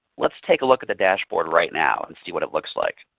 let's take a look at the dashboard right now and see what it looks like.